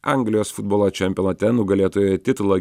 anglijos futbolo čempionate nugalėtojo titulą